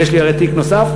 כי יש לי הרי תיק נוסף,